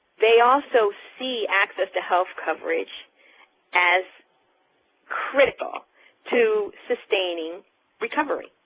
they also see access to health coverage as critical to sustaining recovery.